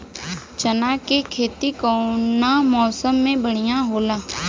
चना के खेती कउना मौसम मे बढ़ियां होला?